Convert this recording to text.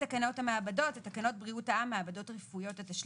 "תקנות המעבדות" תקנות בריאות העם (מעבדות רפואיות),